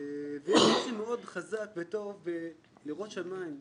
ויש משהו מאוד חזק וטוב בלראות שמיים,